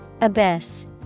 abyss